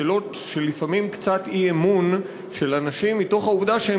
שאלות של קצת אי-אמון של אנשים מתוך העובדה שהם